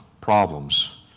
problems